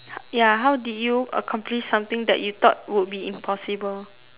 ya how did you accomplish something that you thought would be impossible